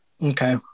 Okay